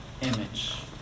image